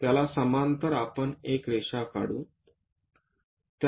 त्याला समांतर आपण एक रेषा काढू